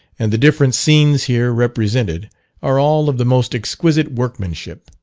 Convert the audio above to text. and the different scenes here represented are all of the most exquisite workmanship.